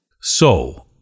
So-